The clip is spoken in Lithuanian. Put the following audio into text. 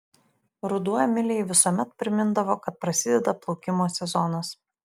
ruduo emilijai visuomet primindavo kad prasideda plaukimo sezonas